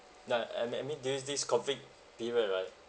ya I mean I mean during this COVID period right